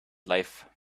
life